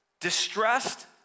Distressed